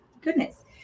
goodness